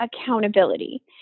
accountability